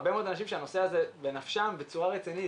הרבה מאוד אנשים שהנושא הזה בנפשם בצורה רצינית,